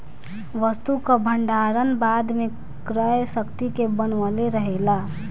वस्तु कअ भण्डारण बाद में क्रय शक्ति के बनवले रहेला